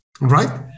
Right